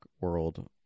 world